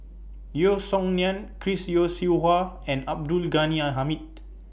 Yeo Song Nian Chris Yeo Siew Hua and Abdul Ghani Hamid